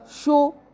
show